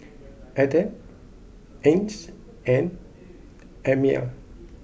Adam Ain and Ammir